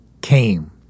came